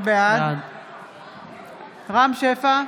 רם שפע,